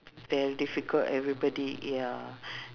very difficult everybody ya